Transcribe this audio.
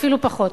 אפילו פחות.